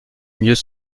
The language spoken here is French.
mieux